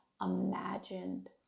imagined